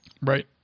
Right